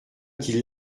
qui